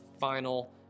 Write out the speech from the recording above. final